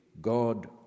God